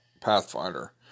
Pathfinder